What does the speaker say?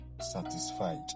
satisfied